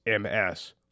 MS